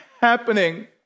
happening